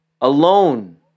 alone